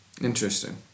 Interesting